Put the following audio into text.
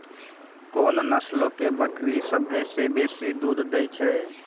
कोन नस्लो के बकरी सभ्भे से बेसी दूध दै छै?